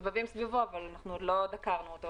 מסתובבים סביבו אבל עוד לא ממש דקרנו אותו,